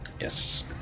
Yes